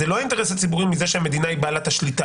זה לא האינטרס הציבורי מזה שהמדינה היא בעלת השליטה,